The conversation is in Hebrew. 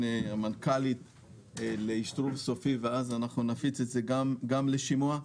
המנכ"לית לאישור סופי ואז נפיץ אותו גם לשימוע.